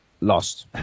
lost